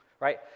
right